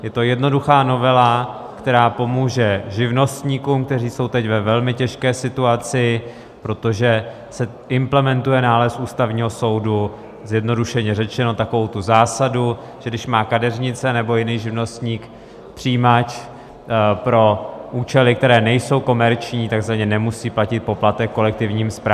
Je to jednoduchá novela, která pomůže živnostníkům, kteří jsou teď ve velmi těžké situaci, protože se implementuje nález Ústavního soudu, zjednodušeně řečeno, taková ta zásada, že když má kadeřnice nebo jiný živnostník přijímač pro účely, které nejsou komerční, tak za ně nemusí platit poplatek kolektivním správcům.